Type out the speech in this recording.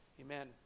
Amen